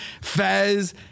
Fez